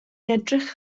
edrych